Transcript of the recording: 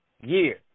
year